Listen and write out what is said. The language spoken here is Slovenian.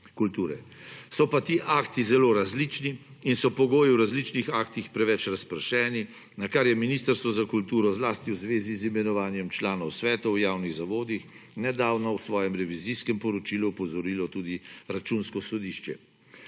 So pa ti akti zelo različni in so pogoji v različnih aktih preveč razpršeni, na kar je Ministrstvo za kulturo, zlasti v zvezi z imenovanjem članov svetov v javnih zavodih, nedavno v svojem revizijskem poročilu opozorilo tudi Računsko sodišče,